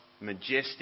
majestic